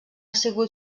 sigut